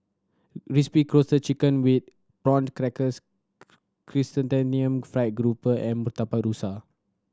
Crispy Roasted Chicken with Prawn Crackers Chrysanthemum Fried Grouper and Murtabak Rusa